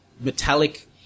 metallic